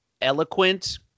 eloquent –